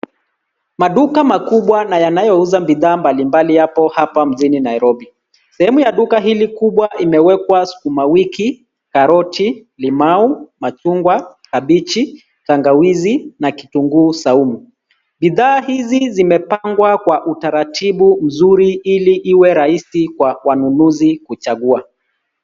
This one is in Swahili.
Maduka makubwa na yanayouza bidhaa mbalimbali yapo hapa mjini Nairobi. Sehemu ya duka hili kubwa imewekwa sukuma wiki, karoti, limau, machungwa, kabichi, tangawizi na kitunguu saumu. Bidhaa hizi zimepangwa kwa utaratibu mzuri ili iwe rahisi kwa wanunuzi kuchagua.